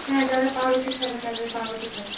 হ্যাঁ যারা পাউরুটি খাবে তাদের পাউরুটি খাবে